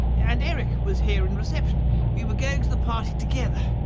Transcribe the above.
and eric was here in reception we were going to the party together.